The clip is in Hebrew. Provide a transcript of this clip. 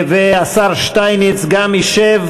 והשר שטייניץ גם ישב,